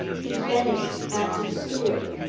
he vanished after the steward.